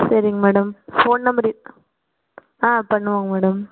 சரிங்க madam phone number ஆ பண்ணுவோங்க மேடம்